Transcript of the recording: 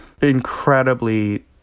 incredibly